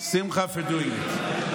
Simcha for doing this.